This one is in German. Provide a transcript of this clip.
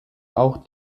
auch